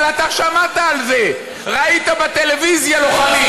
אבל אתה שמעת על זה, ראית בטלוויזיה לוחמים.